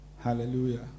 hallelujah